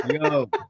Yo